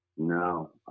No